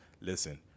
listen